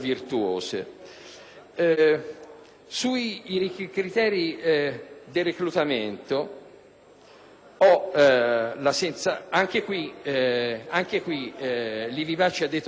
sui criteri del reclutamento il collega Livi Bacci ha detto una cosa giusta: